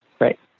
Right